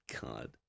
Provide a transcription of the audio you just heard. god